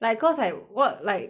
like cause like what like